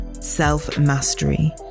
self-mastery